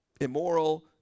immoral